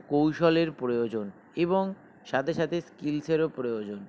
কৌশলের প্রয়োজন এবং সাথে সাথে স্কিলসেরও প্রয়োজন